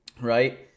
Right